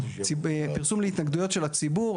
פרסום להתנגדויות של הציבור.